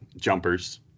jumpers